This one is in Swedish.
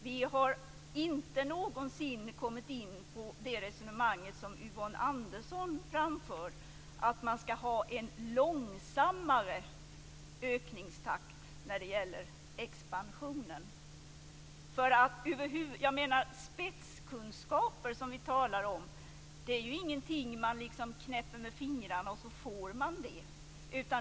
Vi har inte någonsin kommit in på det resonemang som Yvonne Andersson framför, att man skall ha en långsammare ökningstakt när det gäller expansionen. Spetskunskaper, som vi talar om, är ju ingenting som man knäpper med fingrarna och så får man det.